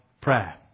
prayer